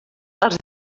els